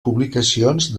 publicacions